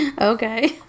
okay